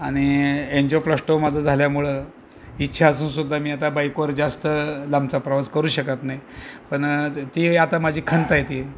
आणि एनजीओप्लास्टो माझं झाल्यामुळं इच्छा असूनसुद्धा मी आता बाईकवर जास्त लांबचा प्रवास करू शकत नाई पन ती आता माझी खंत आहे ती